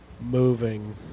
Moving